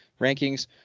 rankings